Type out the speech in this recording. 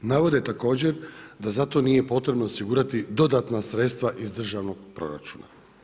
Navode također da zato nije potrebno osigurati dodatna sredstva iz državnog proračuna.